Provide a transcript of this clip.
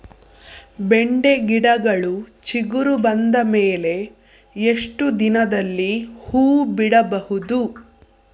ಬೆಂಡೆ ಗಿಡಗಳು ಚಿಗುರು ಬಂದ ಮೇಲೆ ಎಷ್ಟು ದಿನದಲ್ಲಿ ಹೂ ಬಿಡಬಹುದು?